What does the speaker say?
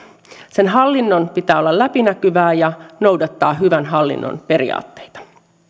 sen hallinnon pitää olla läpinäkyvää ja noudattaa hyvän hallinnon periaatteita